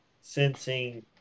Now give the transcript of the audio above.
sensing